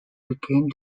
became